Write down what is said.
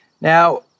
Now